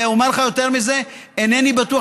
ואומר לך יותר מזה, אינני בטוח,